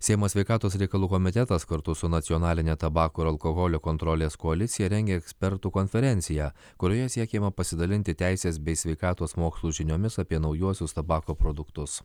seimo sveikatos reikalų komitetas kartu su nacionaline tabako ir alkoholio kontrolės koalicija rengia ekspertų konferenciją kurioje siekiama pasidalinti teisės bei sveikatos mokslų žiniomis apie naujuosius tabako produktus